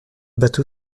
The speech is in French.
bateau